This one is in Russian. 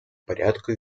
порядку